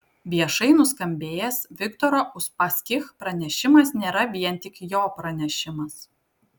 viešai nuskambėjęs viktoro uspaskich pranešimas nėra vien tik jo pranešimas